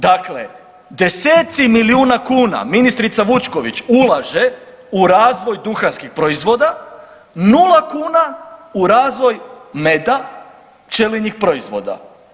Dakle, deseci milijuna kuna ministrica Vučković ulaže u razvoj duhanskih proizvoda, 0 kuna u razvoj meda, pčelinjih proizvoda.